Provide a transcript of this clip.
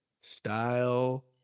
style